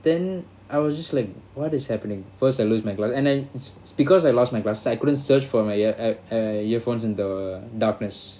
then I was just like what is happening first I lose my glas~ and and it's because I lost my glasses I couldn't search for my ea~ ea~ err earphones in the darkness